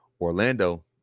Orlando